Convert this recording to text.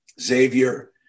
Xavier